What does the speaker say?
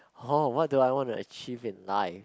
hor what do I want to achieve in life